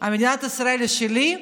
מדינת ישראל היא שלי?